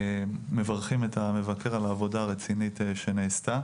מברכים את המבקר על העבודה הרצינית שנעשתה